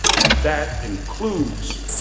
and that includes,